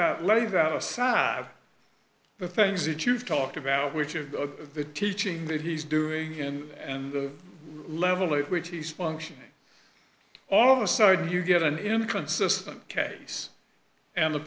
that lays out a salve the things that you've talked about which are the teaching that he's doing and and the level at which he's functioning all of a sudden you get an inconsistent case and the